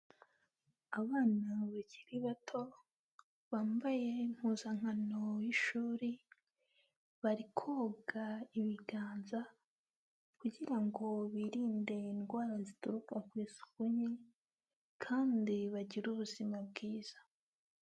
Abana bakiri bato bambaye impuzankano y'ishuri, bari koga ibiganza kugira ngo birinde indwara zituruka ku isuku nke kandi bagire ubuzima bwiza.